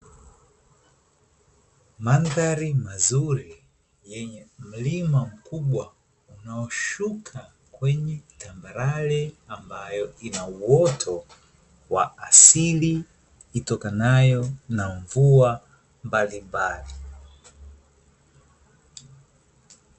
Mandhari mazuri yenye mlima mkubwa unaoshuka kwenye tambalale, ambayo inauoto wa asili itokanayo na mvua mbalimbali.